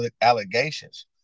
allegations